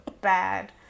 bad